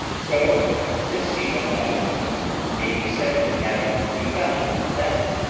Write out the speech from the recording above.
so this scene of my life may be said to have begun in theft,